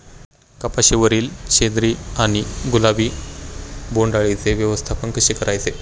कपाशिवरील शेंदरी किंवा गुलाबी बोंडअळीचे व्यवस्थापन कसे करायचे?